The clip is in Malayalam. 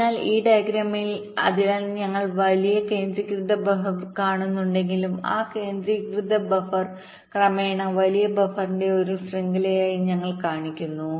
അതിനാൽ ഈ ഡയഗ്രാമിൽ അതിനാൽ ഞങ്ങൾ വലിയ കേന്ദ്രീകൃത ബഫർ കാണുന്നുണ്ടെങ്കിലും ആ കേന്ദ്രീകൃത ബഫർക്രമേണ വലിയ ബഫറിന്റെ ഒരു ശൃംഖലയായി ഞങ്ങൾ കാണിക്കുന്നു